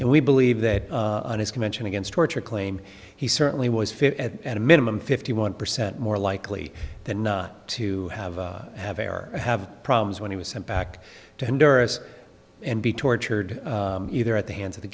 and we believe that on his convention against torture claim he certainly was fit and a minimum fifty one percent more likely than not to have have a or have problems when he was sent back to in duress and be tortured either at the hands of the